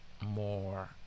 more